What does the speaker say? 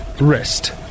Rest